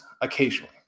occasionally